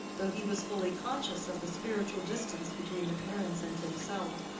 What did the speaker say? though he was fully conscious of the spiritual distance between the parents and himself,